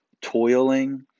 toiling